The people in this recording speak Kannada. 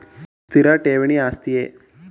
ಸ್ಥಿರ ಠೇವಣಿ ಆಸ್ತಿಯೇ?